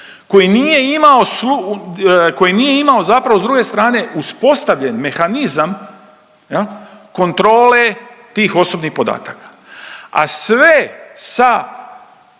koji nije imao zapravo s druge strane uspostavljen mehanizam, je li, kontrole tih osobnih podataka, a sve sa